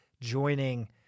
joining